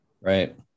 right